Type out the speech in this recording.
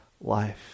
life